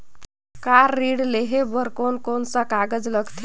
Car ऋण लेहे बार कोन कोन सा कागज़ लगथे?